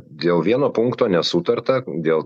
dėl vieno punkto nesutarta dėl